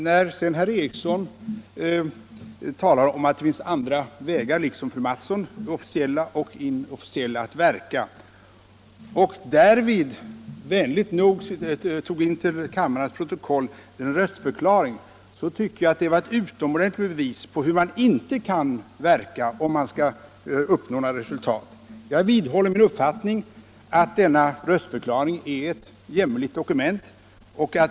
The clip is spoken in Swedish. Herr Ericson i Örebro talade, liksom fröken Mattson, om att det finns andra vägar — officiella och inofficiella — att verka och var därvid vänlig nog att ta den svenska delegationens röstförklaring till kammarens protokoll. Jag tycker att det var ett utomordentligt bevis på hur man inte skall verka, om man vill uppnå några resultat. Jag vidhåller min uppfattning att denna röstförklaring är ett jämmerligt dokument.